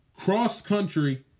Cross-country